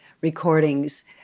recordings